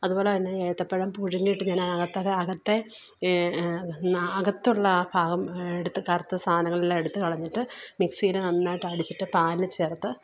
അതുപോലെ തന്നെ ഏത്തപ്പഴം പുഴുങ്ങിയിട്ട് ഞാൻ ആ അകത്തെ അകത്തെ അകത്തുള്ള ആ ഭാഗം എടുത്ത് കറുത്ത സാധനങ്ങളെല്ലാം എടുത്ത് കളഞ്ഞിട്ട് മിക്സിയിൽ നന്നായിട്ട് അടിച്ചിട്ട് പാലിൽ ചേർത്ത്